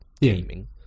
gaming